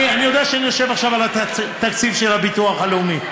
אני יודע שאני יושב עכשיו על התקציב של ביטוח לאומי,